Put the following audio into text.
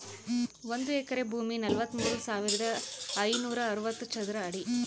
ಒಂದು ಎಕರೆ ಭೂಮಿ ನಲವತ್ಮೂರು ಸಾವಿರದ ಐನೂರ ಅರವತ್ತು ಚದರ ಅಡಿ